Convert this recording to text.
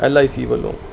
L I C ਵੱਲੋਂ